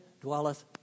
dwelleth